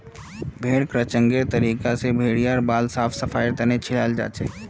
भेड़ क्रचिंगेर तरीका स भेड़ेर बाल साफ सफाईर तने छिलाल जाछेक